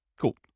Cool